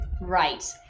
Right